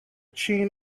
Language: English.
chain